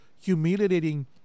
humiliating